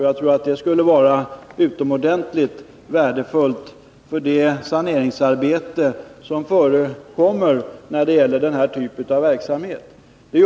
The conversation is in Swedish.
Jag tror att det skulle vara utomordentligt värdefullt för det saneringsarbete som förekommer när det gäller den här typen av verksamhet.